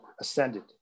ascended